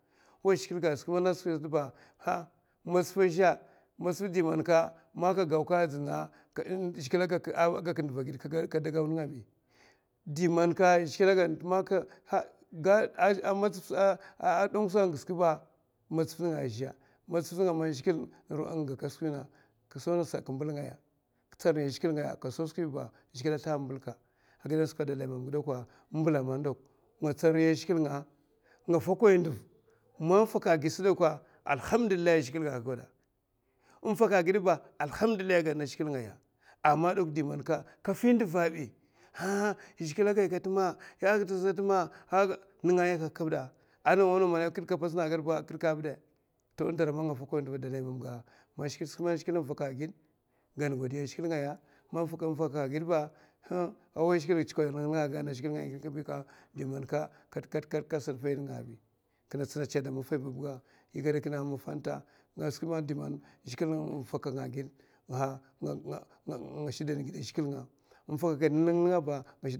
Wa zhigilè ga madzaf azhè madzaf di man ka gau a zhigilè da gak nduva a gid kada gau nènga bi, di man zhigilè ga man a matakun sa giska ba, madzf nènga a zhè madzaf nènga a man zhigilè nga ka skwi na, ka gau ngasa ka mbèla ka tsan riy a zhigilè zlaha a mbèlka, ngas sè dakwa dalay mamga dakwa mbèla mna nga tsan riy azhigilè nga, man gaka agid sè dakwa allahamdillahi a zhigilè ga aka gada, man gaka agid sè dakwa allahamdillahi a zhigilè ga aka gada. ama di man nènga a yaka ka, kabidè mana kidka a patsna a nènga aba. a kidka bidè, dara man nga fokon nduva a dalay mamga skwi man zhigilè faka a gid gan godiya a zhigilè ngaya. awa ka tsukoy linlinga aka gayna a zhigilè ngaya di man kinè tsina kadè mafay babga a skwi di man faka nga a gid nga shidan gid a zhigilè nga. n'faka ka linlinga ba